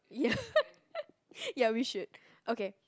yeah yeah we should okay